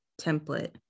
template